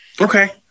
Okay